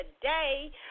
today